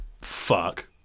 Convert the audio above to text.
fuck